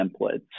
templates